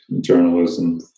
journalism